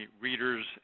readers